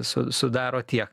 su sudaro tiek